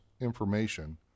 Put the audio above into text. information